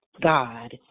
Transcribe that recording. God